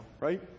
right